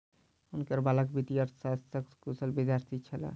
हुनकर बालक वित्तीय अर्थशास्त्रक कुशल विद्यार्थी छलाह